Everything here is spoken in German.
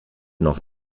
noch